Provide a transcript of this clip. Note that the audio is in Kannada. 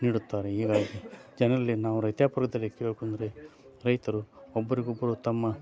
ನೀಡುತ್ತಾರೆ ಹೀಗಾಗಿ ಜನರಲ್ಲಿ ನಾವು ರೈತಾಪಿ ವರ್ಗದಲ್ಲಿ ಕೇಳ್ಕೊಳೋದಂದ್ರೆ ರೈತರು ಒಬ್ಬರಿಗೊಬ್ಬರು ತಮ್ಮ